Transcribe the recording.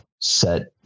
set